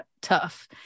tough